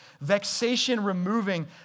vexation-removing